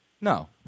No